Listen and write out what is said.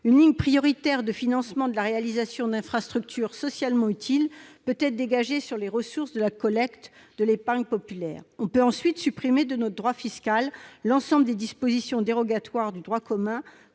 Une ligne prioritaire de financement de la réalisation d'infrastructures socialement utiles peut être dégagée sur les ressources de la collecte de l'épargne populaire. On peut ensuite supprimer de notre droit fiscal l'ensemble des dispositions dérogatoires du droit commun